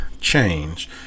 change